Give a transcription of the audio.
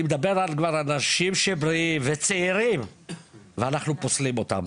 אני מדבר על אנשים בריאים וצעירים ואנחנו פוסלים אותם.